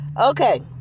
okay